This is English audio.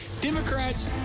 Democrats